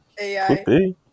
AI